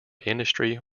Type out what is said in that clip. industry